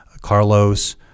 Carlos